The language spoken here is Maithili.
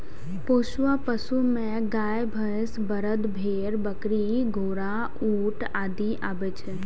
पोसुआ पशु मे गाय, भैंस, बरद, भेड़, बकरी, घोड़ा, ऊंट आदि आबै छै